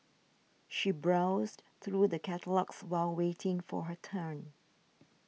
she browsed through the catalogues while waiting for her turn